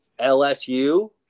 LSU